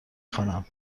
خوانم